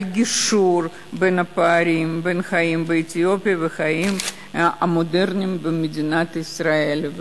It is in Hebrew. על גישור הפערים בין החיים באתיופיה לחיים המודרניים במדינת ישראל.